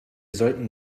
sollten